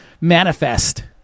manifest